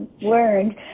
learned